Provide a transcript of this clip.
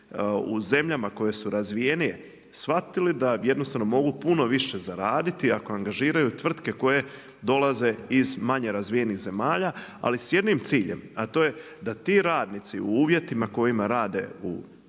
u zemljama koje su razvijenije shvatili da jednostavno mogu puno više zaraditi ako angažiraju tvrtke koje dolaze iz manje razvijenih zemalja, ali s jednim ciljem, a to da ti radnici u uvjetima kojima rade u